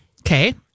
Okay